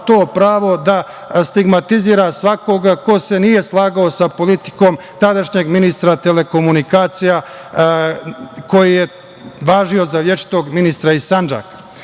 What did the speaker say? to pravo da stigmatizira svakoga ko se nije slagao sa politikom tadašnjeg ministra telekomunikacija koji je važio za večitog ministra iz Sandžaka. Ovo